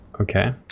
okay